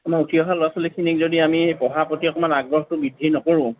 আমাৰ উঠি অহা ল'ৰা ছোৱালীখিনিক যদি আমি পঢ়াৰ প্ৰতি অকণমান আগ্ৰহটো বৃদ্ধি নকৰোঁ